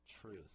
truth